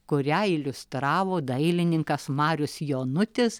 kurią iliustravo dailininkas marius jonutis